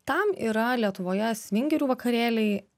tam yra lietuvoje svingerių vakarėliai